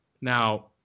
Now